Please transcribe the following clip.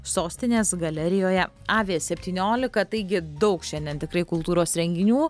sostinės galerijoje avia septyniolika taigi daug šiandien tikrai kultūros renginių